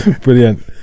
brilliant